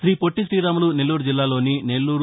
ర్రీపొట్టి రీరాములు నెల్లూరు జిల్లాలోని నెల్లూరు